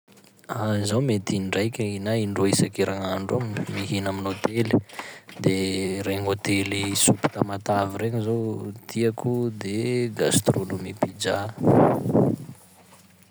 Zaho mety indraiky na indroa isan-kerignandro eo mihina amin'ny hôtely, de regny hôtely soupe Tamatave regny zao tiako, de gastronomie pizza.